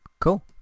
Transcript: Cool